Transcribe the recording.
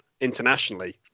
internationally